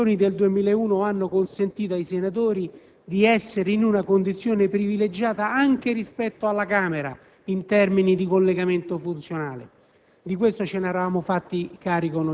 Va riconosciuto che le decisioni del 2001 hanno consentito ai senatori di trovarsi in una condizione privilegiata rispetto alla Camera in termini di collegamento funzionale.